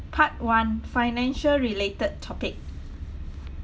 part one financial related topic